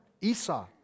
Esau